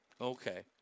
Okay